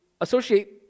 associate